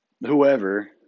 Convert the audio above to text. whoever